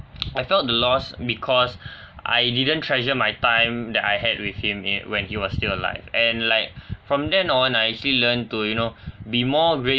I felt the loss because I didn't treasure my time that I had with him in when he was still alive and like from then on I actually learn to you know be more